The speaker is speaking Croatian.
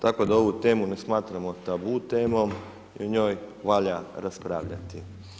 Tako da ovu temu ne smatramo tabu temom i o njoj valja raspravljati.